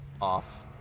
off